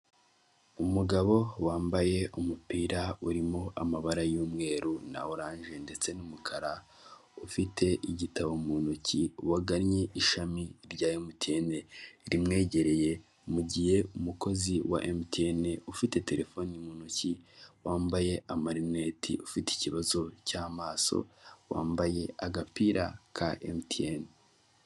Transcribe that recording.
Umugabo wambaye umupira urimo amabara y'umweru na oranje ndetse n'umukara ufite igitabo mu ntoki wagannye ishami rya emutiyene rimwegereye, mu gihe umukozi wa emutiyene ufite terefone mu ntoki wambaye amarineti ufite ikibazo cy'amaso, wambaye agapira ka emutiyene.